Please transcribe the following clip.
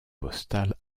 postales